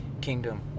kingdom